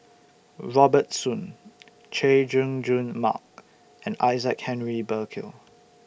Robert Soon Chay Jung Jun Mark and Isaac Henry Burkill